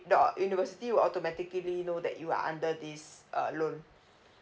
the university will automatically know that you are under this uh loan